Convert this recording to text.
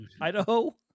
Idaho